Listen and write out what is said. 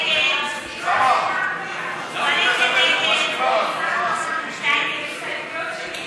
של חברת הכנסת יעל גרמן לסעיף 4 לא נתקבלה.